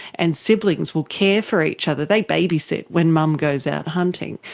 and siblings will care for each other. they babysit when mum goes out hunting.